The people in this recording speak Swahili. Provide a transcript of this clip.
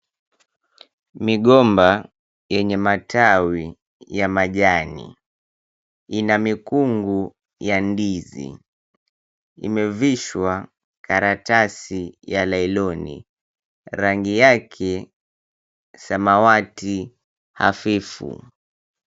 Migomba yenye matawi ya majani, ina mikungu ya ndizi. Imevishwa karatasi ya nailoni. Rangi yake, samawati hafifu.